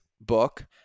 book